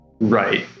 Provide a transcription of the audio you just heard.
Right